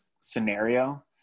scenario